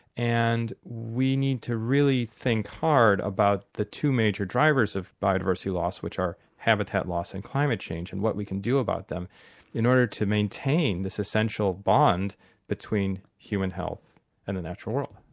and we need to really think hard about the two major drivers of biodiversity loss which are habitat loss and climate change and what we can do about them in order to maintain this essential bond between human health and the natural world.